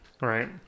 Right